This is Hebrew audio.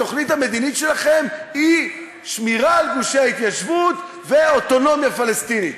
התוכנית המדינית שלכם היא שמירה על גושי ההתיישבות ואוטונומיה פלסטינית.